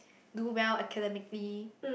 do well academically